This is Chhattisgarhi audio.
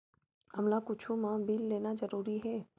हमला कुछु मा बिल लेना जरूरी हे?